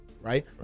right